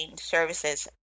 services